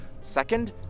Second